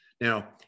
now